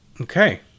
Okay